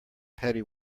petty